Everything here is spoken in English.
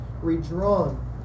redrawn